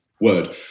word